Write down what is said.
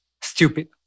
stupid